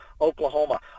Oklahoma